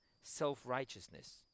self-righteousness